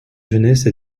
jeunesse